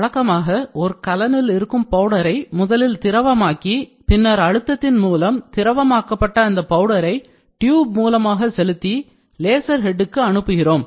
வழக்கமாக ஒரு கலனில் இருக்கும் பவுடரை முதலில் திரவமாக்கி பின்னர் அழுத்தத்தின் மூலம் திரவம் ஆக்கப்பட்ட அந்த பவுடரை டியூப் மூலமாக செலுத்தி லேசர் ஹெட்டுக்கு அனுப்புகிறோம்